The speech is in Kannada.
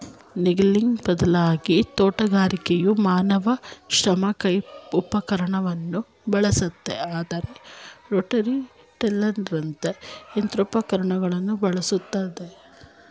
ನೇಗಿಲಿಗೆ ಬದಲಾಗಿ ತೋಟಗಾರಿಕೆಯು ಮಾನವ ಶ್ರಮ ಕೈ ಉಪಕರಣವನ್ನು ಬಳಸುತ್ತೆ ಆದರೂ ರೋಟರಿ ಟಿಲ್ಲರಂತ ಯಂತ್ರೋಪಕರಣನ ಬಳಸಲಾಗ್ತಿದೆ